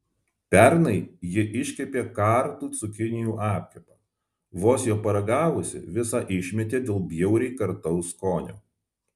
pernai ji iškepė kartų cukinijų apkepą vos jo paragavusi visą išmetė dėl bjauriai kartaus skonio